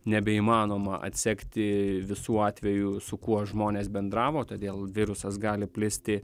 nebeįmanoma atsekti visų atvejų su kuo žmonės bendravo todėl virusas gali plisti